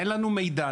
אין לנו מידע,